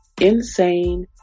Insane